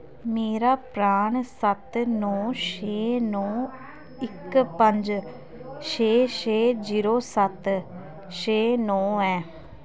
मेरा परान सत्त नौ छे नौ इक पंज छे छे जीरो सत्त छे नौ ऐ